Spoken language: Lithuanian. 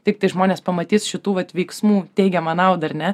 tiktai žmonės pamatys šitų veiksmų teikiamą naudą ne